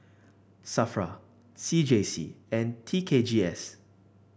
Safra C J C and T K G S